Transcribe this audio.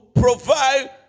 provide